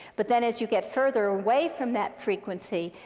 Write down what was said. but then as you get further away from that frequency,